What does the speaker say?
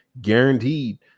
guaranteed